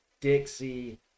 Dixie